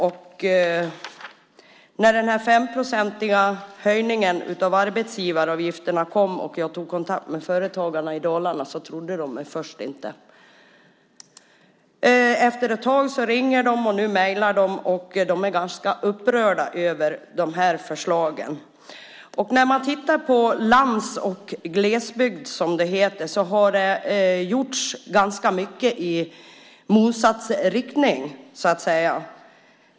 Och när den här 5-procentiga höjningen av arbetsgivaravgifterna kom och jag tog kontakt med företagarna i Dalarna trodde de mig först inte. Efter ett tag ringde de, och nu mejlar de. De är ganska upprörda över de här förslagen. När man tittar på lands och glesbygd, som det heter, ser man att det har gjorts ganska mycket i motsatt riktning, så att säga.